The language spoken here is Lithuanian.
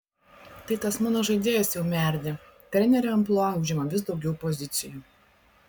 tai tas mano žaidėjas jau merdi trenerio amplua užima vis daugiau pozicijų